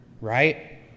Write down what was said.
right